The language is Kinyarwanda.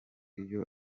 iyo